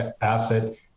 asset